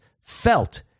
felt